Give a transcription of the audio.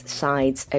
sides